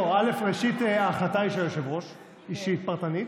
ראשית, ההחלטה היא של היושב-ראש, אישית, פרטנית.